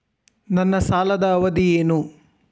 ನನ್ನ ಸಾಲದ ಅವಧಿ ಏನು?